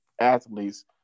athletes